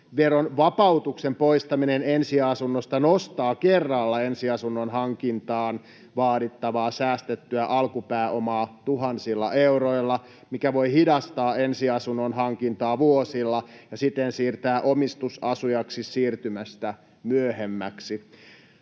vapautuksen poistaminen ensiasunnosta nostaa kerralla ensiasunnon hankintaan vaadittavaa säästettyä alkupääomaa tuhansilla euroilla, mikä voi hidastaa ensiasunnon hankintaa vuosilla ja siten siirtää omistusasujaksi siirtymistä myöhemmäksi.